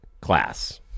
Class